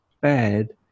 bad